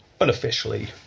unofficially